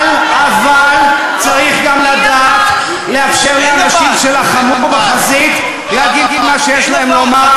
אבל צריך גם לדעת לאפשר לאנשים שלחמו בחזית להגיד מה שיש להם לומר,